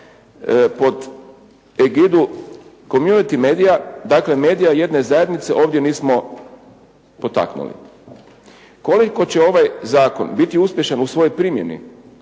„Egidu community media“ dakle Medija jedne zajednice ovdje nismo potaknuli. Koliko će ovaj Zakon doprinijeti u svojoj primjeni,